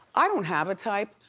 i don't have a type.